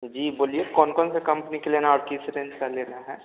जी बोलिए कौन कौनसे कम्पनी का लेना है और किस रेन्ज का लेना है